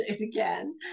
again